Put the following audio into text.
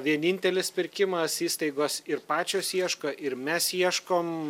vienintelis pirkimas įstaigos ir pačios ieško ir mes ieškom